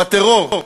בטרור.